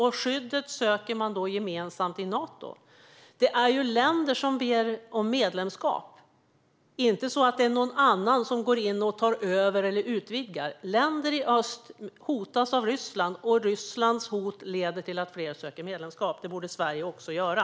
Och skyddet söker man gemensamt i Nato. Det är länder som ber om medlemskap. Det är inte någon annan som går in och tar över eller utvidgar. Länder i öst hotas av Ryssland, och Rysslands hot leder till att fler söker medlemskap i Nato. Det borde Sverige också göra.